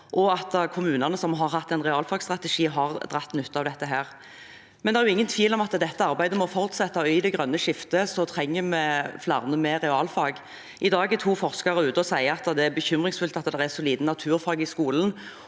og at kommunene som har hatt en realfagsstrategi, har dratt nytte av dette. Det er ingen tvil om at dette arbeidet må fortsette. I det grønne skiftet trenger vi flere med realfag. I dag sier to forskere at det er bekymringsfullt at det er så lite naturfag i skolen,